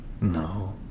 No